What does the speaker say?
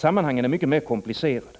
Sammanhangen är mycket mer komplicerade.